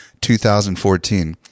2014